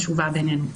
היא חשובה בעינינו.